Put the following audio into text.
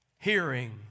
hearing